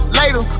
later